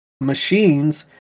machines